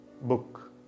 book